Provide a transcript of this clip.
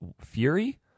Fury